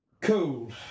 cool